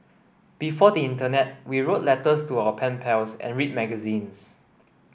before the internet we wrote letters to our pen pals and read magazines